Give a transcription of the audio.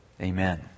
Amen